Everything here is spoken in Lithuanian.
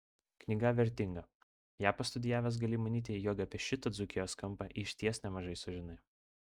knyga vertinga ją pastudijavęs gali manyti jog apie šitą dzūkijos kampą išties nemažai sužinai